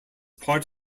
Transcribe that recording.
part